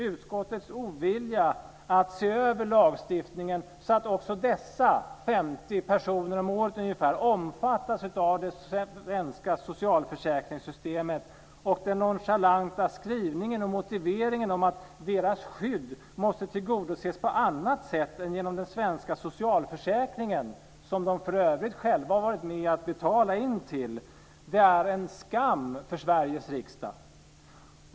Utskottets ovilja att se över lagstiftningen så att också dessa ca 50 personer om året omfattas av det svenska socialförsäkringssystemet och den nonchalanta skrivningen och motiveringen om att "deras skydd måste tillgodoses på annat sätt än genom den svenska socialförsäkringen", som de för övrigt själva har varit med om att betala in till, är en skam för Sveriges riksdag.